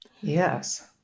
Yes